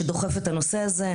שדוחף את הנושא הזה,